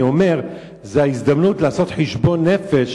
אני אומר, זו ההזדמנות לעשות חשבון נפש.